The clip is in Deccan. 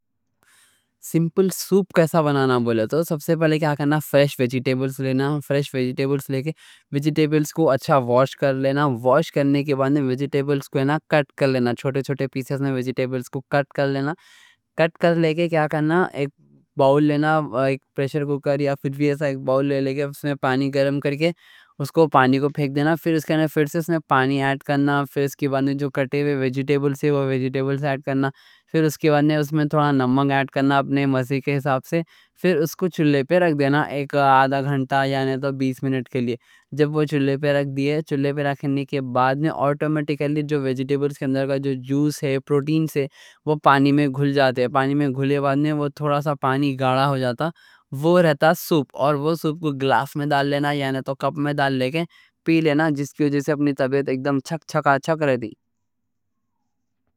سمپل سوپ کیسا بنانا بولے تو سب سے پہلے کیا کرنا، فریش ویجیٹیبلز لینا فریش ویجیٹیبلز لے کے ویجیٹیبلز کو اچھا واش کر لینا واش کرنے کے بعد ویجیٹیبلز کو کٹ کر لینا، چھوٹے چھوٹے پیسز اس کے بعد کیا کرنا، ایک باؤل لینا، ایک پریشر کوکر یا کچھ وی ایسا باؤل لے کے اس میں پانی گرم کر کے اس پانی کو پھینک دینا پھر اس کے اندر پھر سے پانی ایڈ کرنا، پھر اس کے بعد جو کٹے ویجیٹیبلز ہے وہ ویجیٹیبلز ایڈ کرنا، پھر اس کے بعد اس میں تھوڑا نمک ایڈ کرنا اپنے مزے کے حساب سے پھر اس کو چولے پہ رکھ دینا ایک آدھا گھنٹا، یعنی تو بیس منٹ کے لیے جب وہ چولے پہ رکھ دیے، چولے پہ رکھنے کے بعد میں آٹومیٹکلی جو ویجیٹیبلز کے اندر کا جو جوس ہے، پروٹینز ہے، وہ پانی میں گھل جاتے ہیں پانی میں گھلنے کے بعد وہ تھوڑا سا پانی گاڑھا ہو جاتا، وہ رہتا سوپ اور وہ سوپ کو گلاس میں ڈال لینا، یعنی تو کپ میں ڈال لے کے پی لینا، جس کی وجہ سے اپنی طبیعت ایک دم ٹھیک ٹھاک رہتی